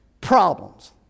problems